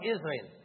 Israel